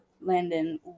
Landon